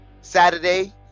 Saturday